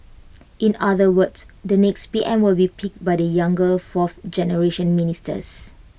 in other words the next P M will be picked by the younger fourth generation ministers